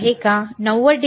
90 degree आहे का